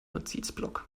notizblock